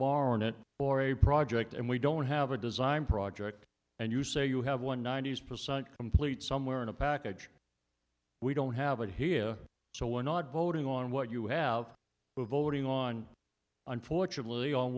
barnet for a project and we don't have a design project and you say you have one ninety s percent complete somewhere in a package we don't have a here so we're not voting on what you have voting on unfortunately on